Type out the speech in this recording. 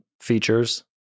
features